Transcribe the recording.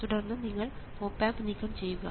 തുടർന്ന് നിങ്ങൾ op amp നീക്കം ചെയ്യുക